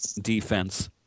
defense